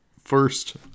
first